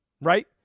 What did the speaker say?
Right